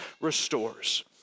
restores